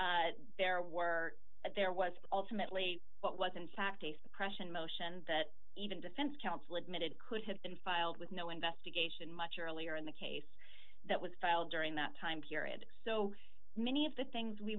there were there was ultimately what was in fact a suppression motion that even defense counsel admitted could have been filed with no investigation much earlier in the case that was filed during that time period so many of the things we